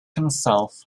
himself